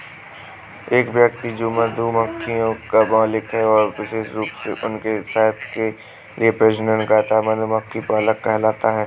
एक व्यक्ति जो मधुमक्खियों का मालिक है और विशेष रूप से उनके शहद के लिए प्रजनन करता है, मधुमक्खी पालक कहलाता है